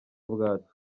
bwacu